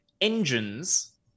engines